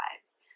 lives